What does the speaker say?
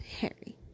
Harry